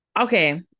okay